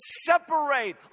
separate